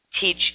teach